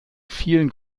vielen